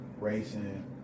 racing